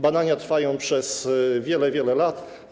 Badania trwają przez wiele, wiele lat.